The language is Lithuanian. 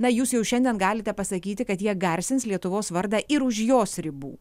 na jūs jau šiandien galite pasakyti kad jie garsins lietuvos vardą ir už jos ribų